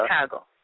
Chicago